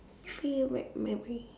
favourite memory